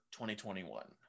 2021